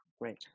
Great